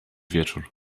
wieczór